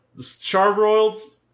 charbroiled